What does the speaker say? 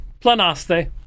planaste